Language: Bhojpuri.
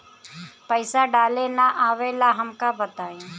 पईसा डाले ना आवेला हमका बताई?